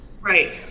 Right